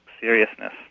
seriousness